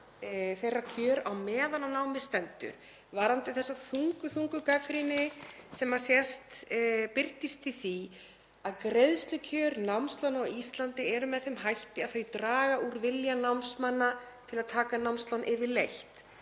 þeirra kjör meðan á námi stendur. Varðandi þessa þungu gagnrýni sem birtist í því að greiðslukjör námslána á Íslandi eru með þeim hætti að þau draga úr vilja námsmanna til að taka námslán yfirleitt